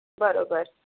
बरोबर